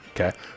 Okay